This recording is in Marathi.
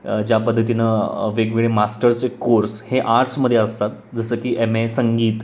ज्या पद्धतीनं वेगवेगळे मास्टर्सचे कोर्स हे आर्ट्समध्ये असतात जसं की एम ए संगीत